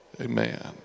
Amen